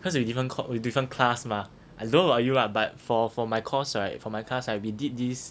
cause we different cours~ we different class mah I don't know about you lah but for my course right for me class right we did this